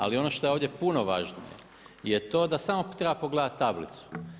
Ali ono što je ovdje puno važnije je to da samo treba pogledati tablicu.